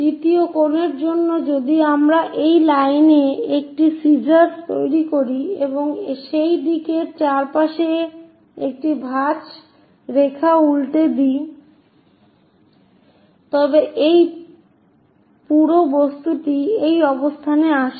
তৃতীয় কোণের জন্য যদি আমরা এই লাইনে একটি সিজার্স তৈরি করি এবং সেই দিকের চারপাশে একটি ভাঁজ রেখা উল্টে দিই তবে এই পুরো বস্তুটি এই অবস্থানে আসে